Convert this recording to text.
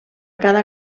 cada